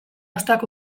hostoak